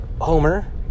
homer